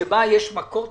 בה יש מקר תקציבי,